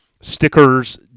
stickers